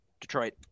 Detroit